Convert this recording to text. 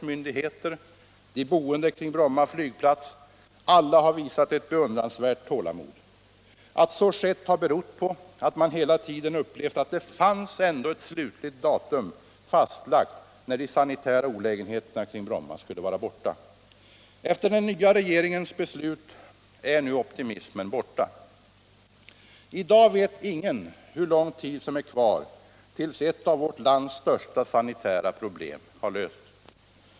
Att så sket har berott på att man hela tiden upplevt att det fanns ett slutligt datum fastlagt när de sanitära olägenheterna kring Bromma skulle vara borta. Efter den nya. regeringens beslut är optimismen borta. I dag vet ingen hur lång tid som är kvar tills ett av vårt lands största sanitära problem har lösts.